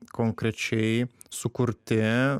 konkrečiai sukurti